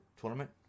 tournament